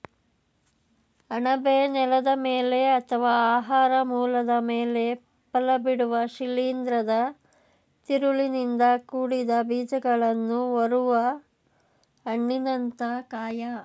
ಅಣಬೆ ನೆಲದ ಮೇಲೆ ಅಥವಾ ಆಹಾರ ಮೂಲದ ಮೇಲೆ ಫಲಬಿಡುವ ಶಿಲೀಂಧ್ರದ ತಿರುಳಿನಿಂದ ಕೂಡಿದ ಬೀಜಕಗಳನ್ನು ಹೊರುವ ಹಣ್ಣಿನಂಥ ಕಾಯ